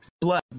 blood